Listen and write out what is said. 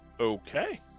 okay